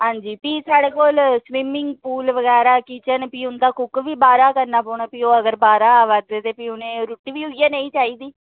हां जी फ्ही साढ़े कोल स्विंमिंग पूल बगैरा किचन फ्ही उं'दा कुक्क बी बाह्रा करने पौना फ्ही अगर ओह् बाह्रा आवा दे ते फ्ही उ'नेंगी रूट्टी बी उ'यै नेही चाहिदी